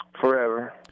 Forever